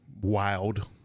wild